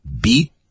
beat